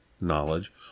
knowledge